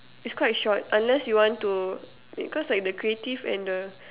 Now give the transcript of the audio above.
is quite short unless you want to because like the creative and the